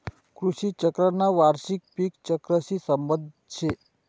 कृषी चक्रना वार्षिक पिक चक्रशी संबंध शे